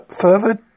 Further